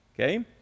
Okay